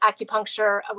Acupuncture